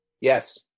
Yes